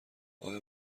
آیا